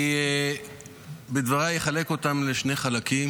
את דבריי אני אחלק לשני חלקים.